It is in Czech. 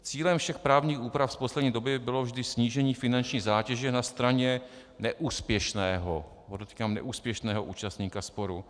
Cílem všech právních úprav z poslední doby bylo vždy snížení finanční zátěže na straně neúspěšného podotýkám neúspěšného účastníka sporu.